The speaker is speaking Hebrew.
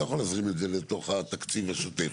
יכול להזרים את זה לתוך התקציב השוטף.